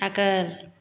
आगोल